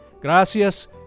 Gracias